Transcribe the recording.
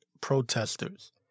protesters